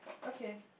okay